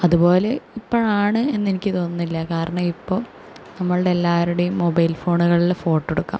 അതുപോലെ ഇപ്പോഴാണ് എന്ന് എനിക്ക് തോന്നുന്നില്ല കാരണം ഇപ്പോൾ നമ്മളുടെ എല്ലാവരുടെയും മൊബൈൽ ഫോണുകളിൽ ഫോട്ടോ എടുക്കാം